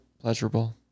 pleasurable